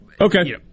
Okay